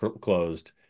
closed